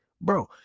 bro